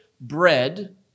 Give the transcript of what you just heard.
bread